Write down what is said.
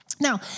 Now